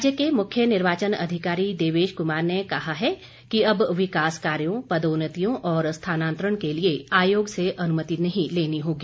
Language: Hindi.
राज्य के मुख्य निर्वाचन अधिकारी देवेश कुमार ने कहा है कि अब विकास कार्यों पदोन्नतियों और स्थानांतरण के लिए आयोग से अनुमति नहीं लेनी होगी